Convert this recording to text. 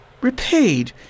repaid